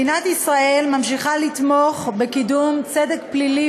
מדינת ישראל ממשיכה לתמוך בקידום צדק פלילי